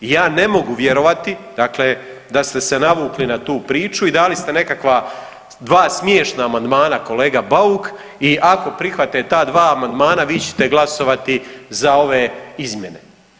I ja ne mogu vjerovati, dakle da ste se navukli na tu priču i dali ste nekakva 2 smiješna amandmana, kolega Bauk i ako prihvate ta dva amandmana, vi ćete glasovati za ove izmjene.